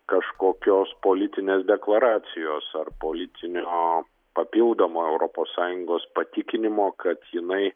kažkokios politinės deklaracijos ar politinio papildomo europos sąjungos patikinimo kad jinai